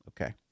Okay